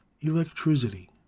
Electricity